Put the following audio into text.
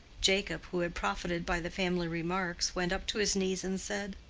jacob, who had profited by the family remarks, went up to his knee and said,